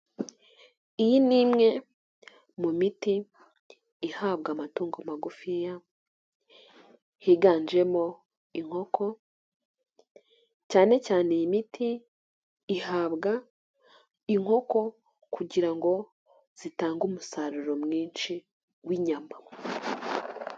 yi ni imwe mu miti ihabwa amatungo magufiya higanjemo inkoko, cyane cyane iyi miti ihabwa inkoko kugira ngo zitange umusaruro mwinshi w'inyama.